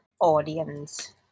audience